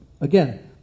again